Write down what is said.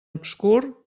obscur